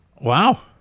Wow